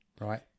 right